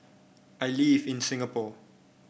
I live in Singapore